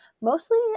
mostly